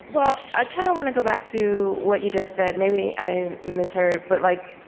well, i kind of want to go back to what you just said. maybe i misheard. but like